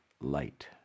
light